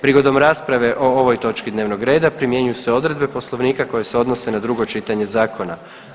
Prigodom rasprave o ovoj točki dnevnog reda primjenjuju se odredbe Poslovnika koje se odnose na drugo čitanje zakona.